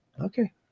Okay